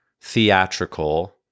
theatrical